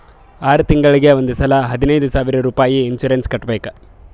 R ತಿಂಗುಳಿಗ್ ಒಂದ್ ಸಲಾ ಹದಿನೈದ್ ಸಾವಿರ್ ರುಪಾಯಿ ಇನ್ಸೂರೆನ್ಸ್ ಕಟ್ಬೇಕ್